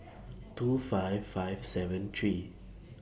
two five five seven three